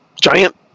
giant